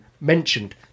mentioned